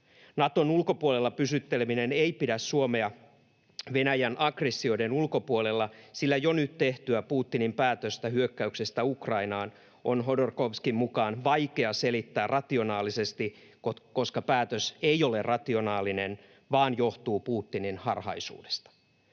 Naton ulkopuolella pysytteleminen ei pidä Suomea Venäjän aggressioiden ulkopuolella, sillä jo nyt tehtyä Putinin päätöstä hyökkäyksestä Ukrainaan on Hodorkovskin mukaan vaikea selittää rationaalisesti, koska päätös ei ole rationaalinen vaan johtuu Putinin harhaisuudesta.